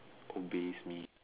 obeys me